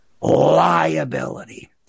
Liability